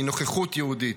מנוכחות יהודית.